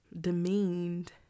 demeaned